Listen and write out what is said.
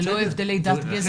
ללא הבדלי דת גזע ומין.